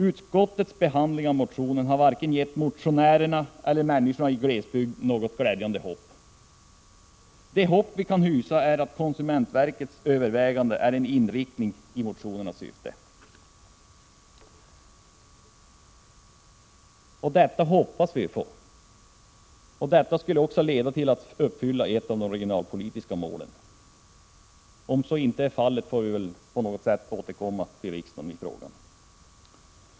Utskottets behandling av motionen har varken gett motionärerna eller människorna i glesbygden något större hopp. Det hopp vi kan hysa är att konsumentverkets överväganden har samma syfte som motionerna. Detta hoppas vi på. Det skulle leda till att ett av de regionalpolitiska målen uppfylldes. Om så inte skulle bli fallet får vi väl på något sätt återkomma till riksdagen i frågan.